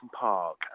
Park